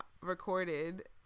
recorded